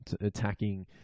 attacking